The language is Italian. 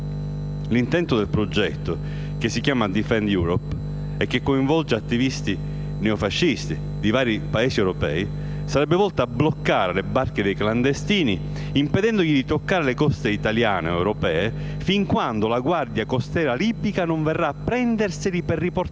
L'intento del progetto, che si chiama Defend Europe, e che coinvolge attivisti neofascisti di vari Paesi europei, sarebbe volto a bloccare «le barche dei clandestini impedendogli di toccare le coste italiane o europee fin quando la guardia costiera libica non verrà a prenderseli per riportarli